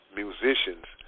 musicians